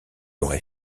aurait